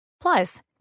Plus